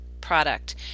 product